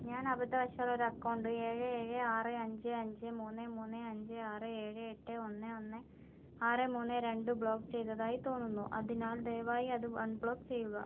ഞാൻ അബദ്ധവശാൽ ഒരു അക്കൗണ്ട് ഏഴ് ഏഴ് ആറ് അഞ്ച് അഞ്ച് മൂന്ന് മൂന്ന് അഞ്ച് ആറ് ഏഴ് എട്ട് ഒന്ന് ഒന്ന് ആറ് മൂന്ന് രണ്ട് ബ്ലോക്ക് ചെയ്തതായി തോന്നുന്നു അതിനാൽ ദയവായി അത് അൺബ്ലോക്ക് ചെയ്യുക